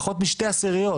פחות משתי עשיריות.